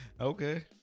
Okay